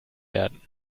werden